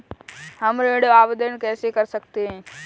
हम ऋण आवेदन कैसे कर सकते हैं?